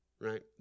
right